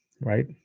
right